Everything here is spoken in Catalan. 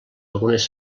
algunes